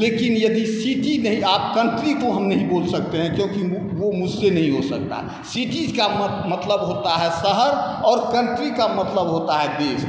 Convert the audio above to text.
लेकिन यदि सिटी नहि आप कन्ट्री तो नहीं बोल सकते हैं क्योकि वो मुझसे नहीं हो सकता सिटीज का मतलब होता है शहर और कन्ट्री का मतलब होता है देश